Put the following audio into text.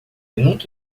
nunca